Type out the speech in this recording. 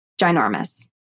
ginormous